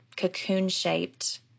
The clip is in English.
cocoon-shaped